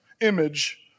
image